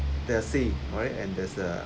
there's sea all right and there's uh